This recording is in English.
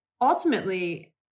ultimately